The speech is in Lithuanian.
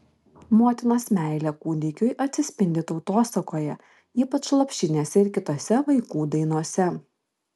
motinos meilė kūdikiui atsispindi tautosakoje ypač lopšinėse ir kitose vaikų dainose